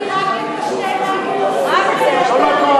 רובי, רק לפושטי